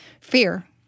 Fear